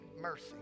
mercy